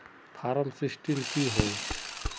Form sixteen की होय?